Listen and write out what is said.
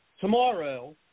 tomorrow